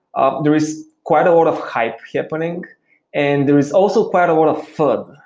um there is quite a lot of hype happening and there is also quite a lot of fud,